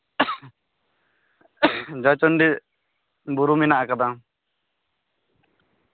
ᱡᱚᱭᱪᱚᱱᱰᱤ ᱵᱩᱨᱩ ᱢᱮᱱᱟᱜ ᱟᱠᱟᱫᱟ